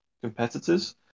competitors